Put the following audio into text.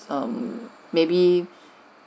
um maybe